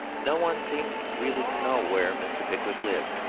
no one seems really to know where mr. pickwick lived.